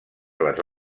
les